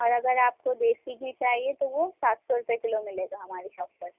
اور اگر آپ کو دیسی چاہیے تو وہ سات سو روپے کلو ملے گا ہماری شاپ پر